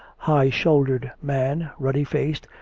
high-shouldered man, ruddy-faced,